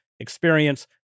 Experience